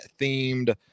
themed